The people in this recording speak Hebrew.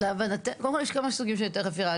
קודם כל, יש כמה סוגים של היתרי חפירה.